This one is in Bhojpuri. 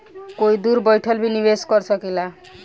कोई दूर बैठल भी निवेश कर सकेला